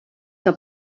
que